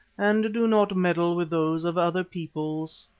and do not meddle with those of other peoples.